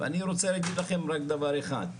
אני רוצה להגיד לכם רק דבר אחד,